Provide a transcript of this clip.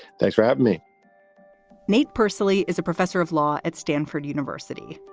thanks for having me nate personaly is a professor of law at stanford university.